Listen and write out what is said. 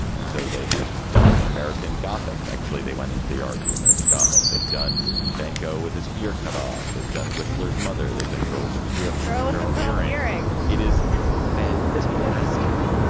and so they have done american gothic. actually, they went into the art to american gothic. they've done van gogh with his ear cut off. they've done whistler's mother. they've done girl with a pure girl in earlier airing. it is fantastic.